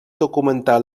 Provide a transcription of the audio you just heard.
documentar